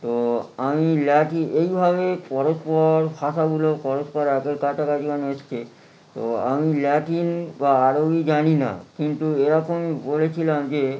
তো আমি ল্যাটিন এইভাবে পরস্পর ভাষাগুলো পরস্পর এত কাছাকাছি মানে এসছে তো আমি ল্যাটিন বা আরোই জানি না কিন্তু এরকমই পড়েছিলাম যে